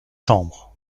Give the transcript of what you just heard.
chambres